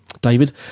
david